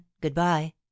good-bye